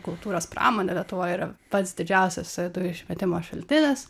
kultūros pramonė lietuvoj yra pats didžiausias dujų išmetimo šaltinis